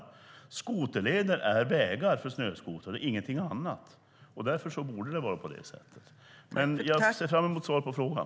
Skoterleder är vägar för snöskotrar och ingenting annat. Därför borde det vara på det sättet. Jag ser fram emot ett svar på frågan.